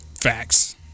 Facts